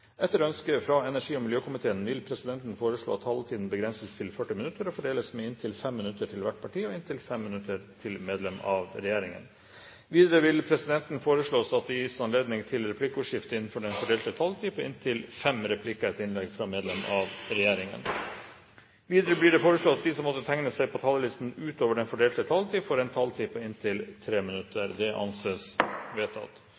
Etter ønske fra energi- og miljøkomiteen vil presidenten foreslå at taletiden begrenses til 40 minutter og fordeles med inntil 5 minutter til hvert parti og inntil 5 minutter til medlem av regjeringen. Videre vil presidenten foreslå at det blir gitt anledning til replikkordskifte på inntil fem replikker etter innlegg fra medlem av regjeringen innenfor den fordelte taletid. Videre blir det foreslått at de som måtte tegne seg på talerlisten utover den fordelte taletid, får en taletid på inntil 3 minutter. – Det anses vedtatt.